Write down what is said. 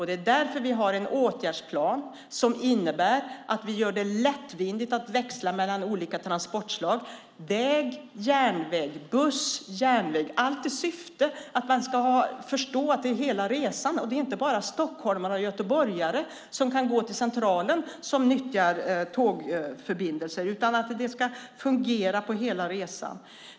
Det är därför vi har en åtgärdsplan som innebär att vi gör det lätt att växla mellan olika transportslag, väg-järnväg, buss-järnväg, allt i syfte att man ska förstå att det är fråga om hela resan. Det är inte bara stockholmare och göteborgare som kan gå till Centralen som nyttjar tågförbindelser. Det ska fungera på hela resan.